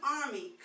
army